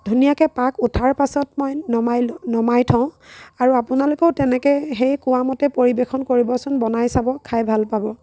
ধুনীয়াকৈ পাক উঠাৰ পাছত মই নমাই লওঁ নমাই থওঁ আৰু আপোনালোকেও তেনেকৈ সেই কোৱামতে পৰিৱেশন কৰিবচোন বনাই চাব খাই ভাল পাব